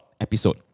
episode